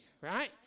right